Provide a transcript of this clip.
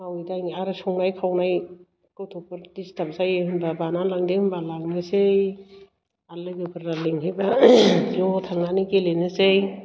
मावै दाङै आरो संनाय खावनाय गथ'फोर डिसटार्ब जायो होनबा बाना लांदो होमबा लांनोसै आर लोगोफोरा लेंहैबा ज' थांनानै गेलेनोसै